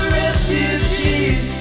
refugees